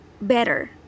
better